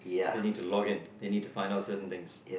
they need to login they need to find out certain things